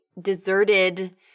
deserted